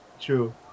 True